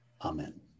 Amen